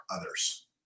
others